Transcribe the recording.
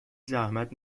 زحمت